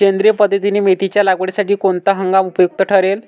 सेंद्रिय पद्धतीने मेथीच्या लागवडीसाठी कोणता हंगाम उपयुक्त ठरेल?